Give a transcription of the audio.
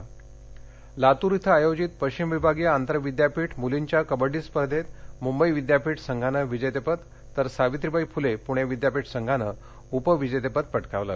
लातर लातूर इथं आयोजित पश्चिम विभागीय आंतर विद्यापीठ मुलींच्या कबड्डी स्पर्धेत मुंबई विद्यापीठ संघानं विजेतेपद तर सावित्रीबाई फुले प्णे विद्यापीठ संघानं उपविजेते पद पटकाविले